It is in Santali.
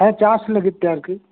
ᱦᱮᱸ ᱪᱟᱥ ᱞᱟᱹᱜᱤᱛᱮ ᱟᱨᱠᱤ